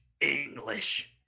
English